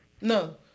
No